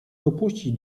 dopuścić